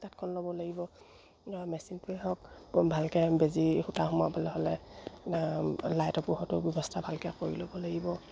তাঁতখন ল'বলৈ লাগিব ধৰা মেচিনটোৱে হওক ভালকৈ বেজী সূতা সোমাবলৈ হ'লে লাইট পোহটোৰ ব্যৱস্থা ভালকৈ কৰি ল'ব লাগিব